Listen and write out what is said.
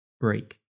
break